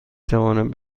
توانند